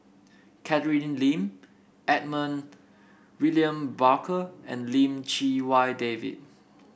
Catherine Lim Edmund William Barker and Lim Chee Wai David